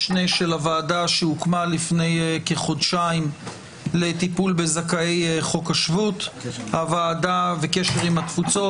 הוועדה שהוקמה לפני כחודשיים לטיפול בזכאי חוק השבות וקשר עם התפוצות.